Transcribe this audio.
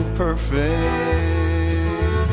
perfect